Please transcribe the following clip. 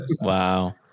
Wow